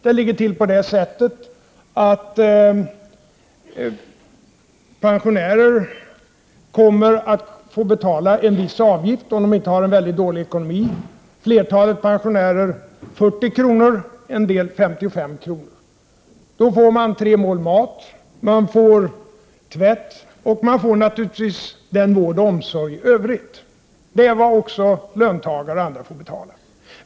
Det ligger till på det sättet att pensionärerna kommer att få betala en viss avgift, om de inte har en mycket dålig ekonomi — flertalet pensionärer 40 kr. och en del 55 kr. per dag. Då får de tre mål mat, tvätt och den vård och omsorg i övrigt som behövs. Det är vad också löntagare och andra får betala.